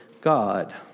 God